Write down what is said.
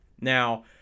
now